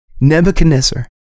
Nebuchadnezzar